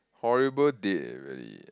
horrible date eh really